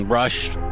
rushed